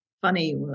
funny